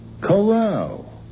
Corral